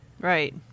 Right